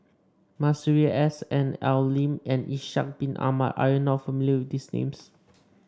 Masuri S N Al Lim and Ishak Bin Ahmad are you not familiar with these names